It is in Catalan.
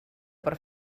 per